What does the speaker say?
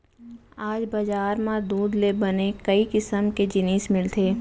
आज बजार म दूद ले बने कई किसम के जिनिस मिलथे